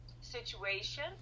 situation